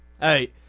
hey